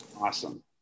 Awesome